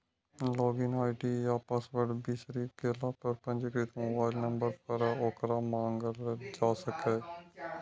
log in ID या password बिसरि गेला पर पंजीकृत मोबाइल नंबर पर ओकरा मंगाएल जा सकैए